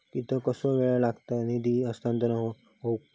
कितकोसो वेळ लागत निधी हस्तांतरण हौक?